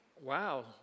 Wow